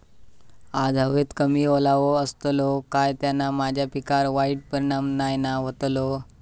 आज हवेत कमी ओलावो असतलो काय त्याना माझ्या पिकावर वाईट परिणाम नाय ना व्हतलो?